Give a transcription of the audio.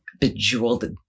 bejeweled